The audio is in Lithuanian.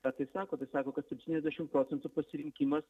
ką tai sako tai sako kad septyniasdešim procentų pasirinkimas